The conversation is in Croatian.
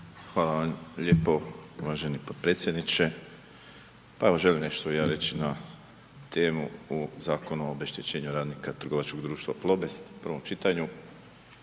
Hvala vam lijepo uvaženi potpredsjedniče. Pa evo, želim nešto i ja reći na temu o Zakonu o obeštećenju radnika trgovačkog društva Plobest u prvom čitanju,